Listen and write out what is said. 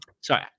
Sorry